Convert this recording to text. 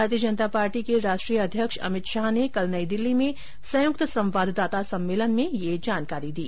भारतीय जनता पार्टी के राष्ट्रीय अध्यक्ष अमित शाह ने कल नई दिल्ली में संयुक्त संवाददाता सम्मेलन में यह जानकारी दी